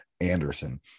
anderson